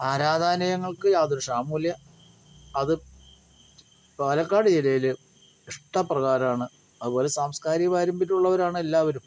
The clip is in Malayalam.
ആരാധാലയങ്ങൾക്ക് യാതൊരു ക്ഷാമവുമില്ല അത് പാലക്കാട് ജില്ലയില് ഇഷ്ട പ്രകാരമാണ് അത് സാംസ്ക്കാരിക പരമ്പര്യമുള്ളവരാണ് എല്ലാവരും